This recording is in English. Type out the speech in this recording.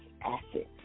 acid